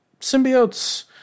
symbiotes